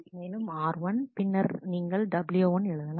மேலும் r1 பின்னர் நீங்கள் w1எழுதலாம்